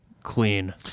Clean